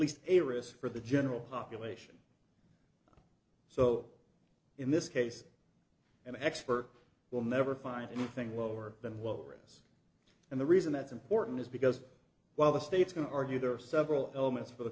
least a risk for the general population so in this case an expert will never find anything lower than low risk and the reason that's important is because while the states can argue there are several elements for the